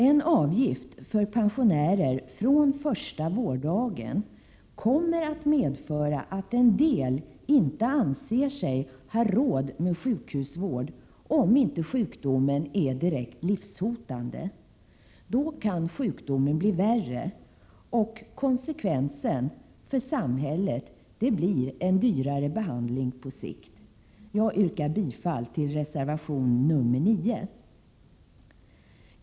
En avgift för pensionärer från första vårddagen kommer att medföra att en del inte anser sig ha råd med sjukhusvård om sjukdomen inte är direkt livshotande. Om pensionären inte kommer under vård kan sjukdomen bli värre, och konsekvensen för samhället blir en dyrare behandling på sikt. Jag yrkar bifall till reservation nr 9.